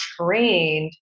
trained